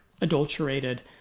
adulterated